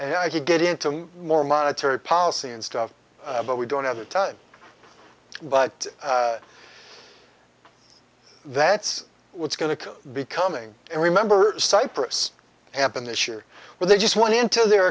and i could get into more monetary policy and stuff but we don't have that but that's what's going to be coming in remember cyprus happened this year where they just went into their